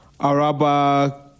Araba